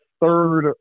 third